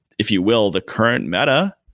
if you will, the current meta,